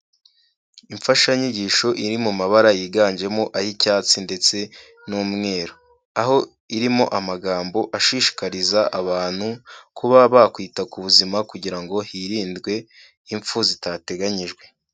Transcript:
Imfashanyigisho iri mu mabara yiganjemo ay'icyatsi ndetse n'umweru, aho irimo amagambo ashishikariza abantu kuba bakwita ku buzima kugira ngo hirindwe impfu zitateganyijwe.